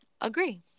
agree